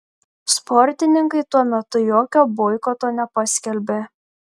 sportininkai tuo metu jokio boikoto nepaskelbė